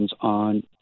on